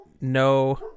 no